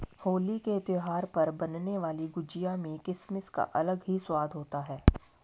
होली के त्यौहार पर बनने वाली गुजिया में किसमिस का अलग ही स्वाद होता है